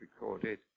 recorded